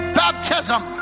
baptism